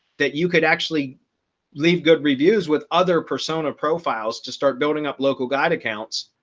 that you could actually leave good reviews with other persona profiles to start building up local guide accounts.